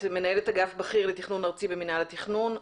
את מנהלת אגף בכיר לתכנון ארצי במינהל התכנון.